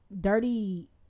dirty